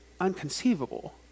unconceivable